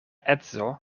edzo